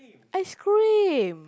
ice cream